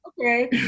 okay